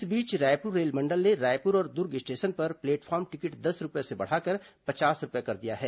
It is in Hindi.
इस बीच रायपुर रेलमंडल ने रायपुर और दुर्ग स्टेशन पर प्लेटफॉर्म टिकट दस रूपये से बढ़ाकर पचास रूपये कर दिया है